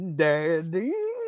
daddy